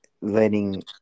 letting